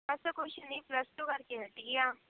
ਬਸ ਕੁਝ ਨਹੀਂ plus two ਕਰਕੇ ਹਟੀ ਹਾਂ